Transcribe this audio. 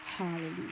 Hallelujah